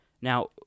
Now